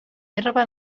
herba